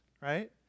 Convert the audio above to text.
Right